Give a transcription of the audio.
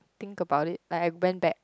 think about it like I went back